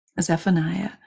Zephaniah